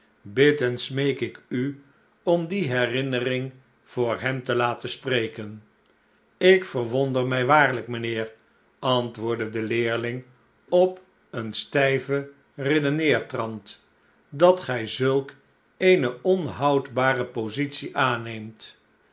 en smeek ik u om die herinnering voor hem te laten spreken ik verwonder mij waarlijk mijnheer antwoordde de leerling op een stijven redeneertrant dat gij zulk eene onhoudbare positie aanneemt